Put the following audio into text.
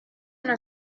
una